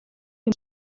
can